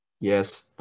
Yes